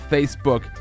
Facebook